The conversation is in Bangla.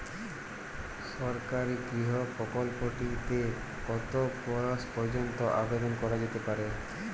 সরকারি গৃহ প্রকল্পটি তে কত বয়স পর্যন্ত আবেদন করা যেতে পারে?